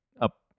up